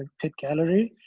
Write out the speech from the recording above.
ah pit gallery.